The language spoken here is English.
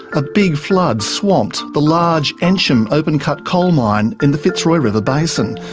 a big flood swamped the large ensham open-cut coal mine in the fitzroy river basin.